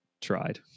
tried